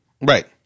Right